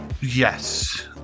Yes